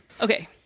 Okay